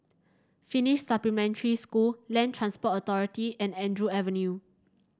Finnish Supplementary School Land Transport Authority and Andrew Avenue